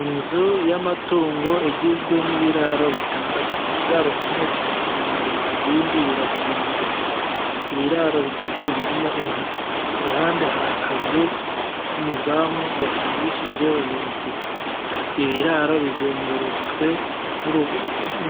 Inzu y'amatungo igizwe n'ibiraro bitandatu. Ikiraro kimwe kirakinguye, ibindi birakinze. Ibiraro bitatu birimo inka, ku ruhande hari akazu k'umuzamu gakingishijwe urugi. Ibi biraro bizengurutswe